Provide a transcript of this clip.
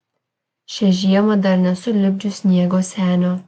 šią žiemą dar nesu lipdžius sniego senio